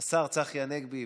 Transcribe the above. השר צחי הנגבי,